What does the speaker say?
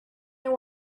and